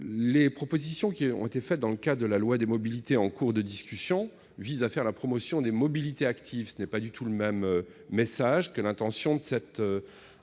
Les propositions qui ont été faites dans le cadre de la loi d'orientation des mobilités en cours de discussion visent à faire la promotion des mobilités actives : ce n'est pas du tout le même message que celui qui sous-tend